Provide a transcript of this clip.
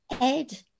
Ed